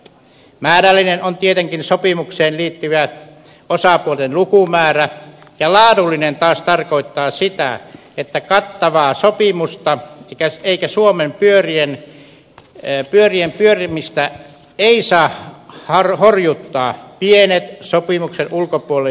määrällinen on tietenkin sopimukseen liittyvä osapuolten lukumäärä ja laadullinen taas tarkoittaa sitä etteivät kattavaa sopimusta eikä suomen pyörien pyörimistä saa horjuttaa pienet sopimuksen ulkopuolella jäävät alat